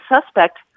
suspect